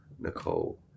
Nicole